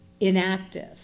inactive